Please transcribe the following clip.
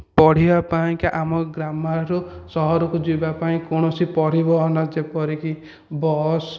ପଢ଼ିବା ପାଇଁକା ଆମ ଗ୍ରାମରୁ ସହରକୁ ଯିବା ପାଇଁ କୌଣସି ପରିବହନ ଯେପରିକି ବସ